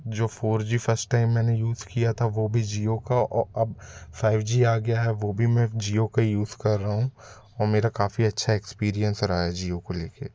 जो four G first time मैंने use किया था वो भी जियो का और अब फाइव जी आ गया है वो भी मैं जियो का यूज़ कर रहा हूँ और मेरा काफ़ी अच्छा एक्सपीरियेंस रहा है जियो को ले के